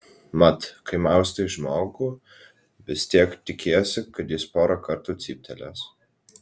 mat kai maustai žmogų vis tiek tikiesi kad jis porą kartų cyptelės